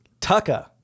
Tucker